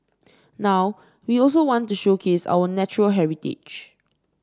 now we also want to showcase our natural heritage